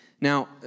Now